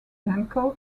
uncle